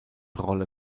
rolle